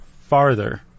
farther